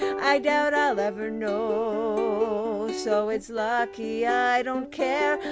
i doubt i'll ever know, so it's lucky i don't care.